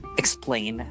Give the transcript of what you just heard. explain